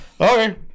okay